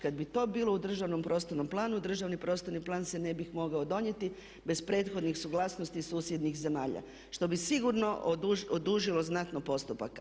Kad bi to bilo u državnom prostornom planu državni prostorni plan se ne bi mogao donijeti bez prethodnih suglasnosti susjednih zemalja što bi sigurno odužilo znatno postupak.